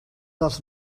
dels